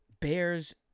Bears